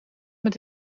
met